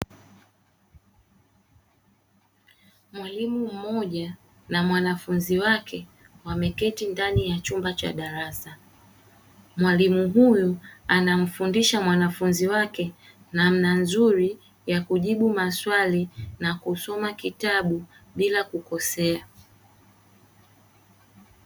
Mwalimu mmoja na mwanafunzi wake wameketi ndani ya chumba cha darasa. Mwalimu huyu anamfundisha mwanafunzi wake namna nzuri ya kujibu maswali na kusoma kitabu bila kukosea.